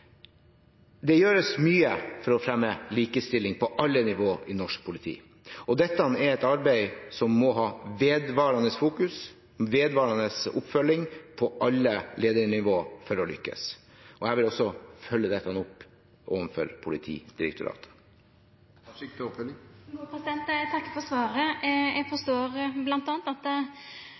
Det gjøres mye for å fremme likestilling på alle nivå i norsk politi, og dette er et arbeid som må ha vedvarende fokus og vedvarende oppfølging på alle ledernivå for å lykkes. Jeg vil også følge dette opp overfor Politidirektoratet. Eg takkar for svaret. Eg forstår bl.a. at